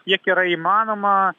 kiek yra įmanoma